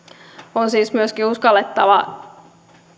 on siis myöskin uskallettava